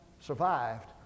survived